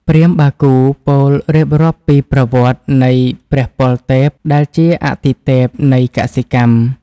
ព្រាហ្មណ៍បាគូពោលរៀបរាប់ពីប្រវត្តិនៃព្រះពលទេព ដែលជាអាទិទេពនៃកសិកម្ម។